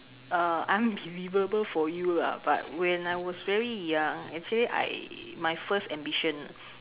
uh unbelievable for you lah but when I was very young actually I my first ambition